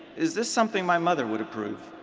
is this something my mother would approve?